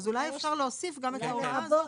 אולי אפשר להוסיף את ההוראה הזו,